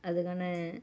அதுக்கான